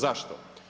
Zašto?